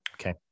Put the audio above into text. Okay